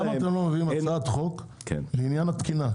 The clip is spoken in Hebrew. למה אתם לא מביאם הצעת חוק בעניין התקינה?